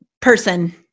person